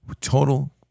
Total